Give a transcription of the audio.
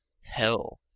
hell